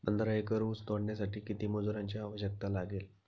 पंधरा एकर ऊस तोडण्यासाठी किती मजुरांची आवश्यकता लागेल?